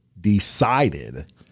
decided –